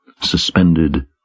suspended